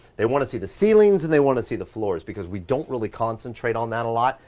they wanna see the ceilings and they wanna see the floors because we don't really concentrate on that a lot,